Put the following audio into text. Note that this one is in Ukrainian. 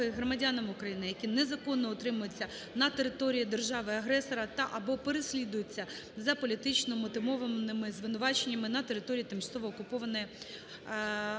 громадянам України, які незаконно утримуються на території держави-агресора та/або переслідуються за політично умотивованими звинуваченнями на території тимчасово окупованої